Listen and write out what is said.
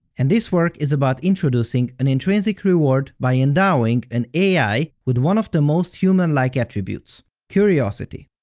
and this work is about introducing an intrinsic reward by endowing an ai with one of the most humanlike attributes curiosity.